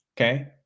okay